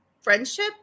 friendship